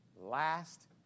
last